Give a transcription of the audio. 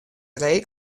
reek